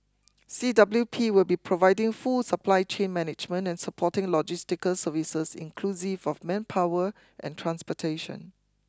C W T will be providing full supply chain management and supporting logistical services inclusive of manpower and transportation